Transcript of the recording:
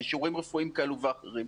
להביא אישורים רפואיים כאלה ואחרים.